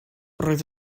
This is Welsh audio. roedd